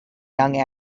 young